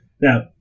Now